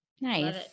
Nice